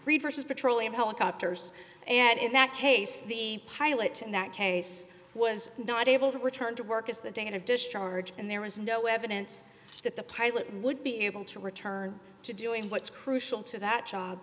reverse petroleum helicopters and in that case the pilot in that case was not able to return to work as the date of discharge and there was no evidence that the pilot would be able to return to doing what's crucial to that